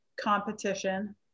competition